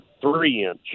three-inch